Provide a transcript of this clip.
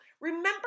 remember